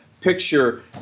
picture